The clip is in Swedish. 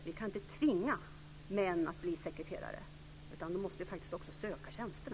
Vi kan inte tvinga män att bli sekreterare. De måste faktiskt också söka tjänsterna.